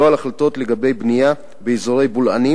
לא על החלטות לגבי בנייה באזורי בולענים